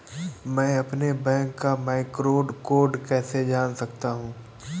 मैं अपने बैंक का मैक्रो कोड कैसे जान सकता हूँ?